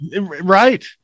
Right